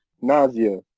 Nausea